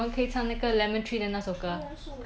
什么什么 lemon tree